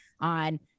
on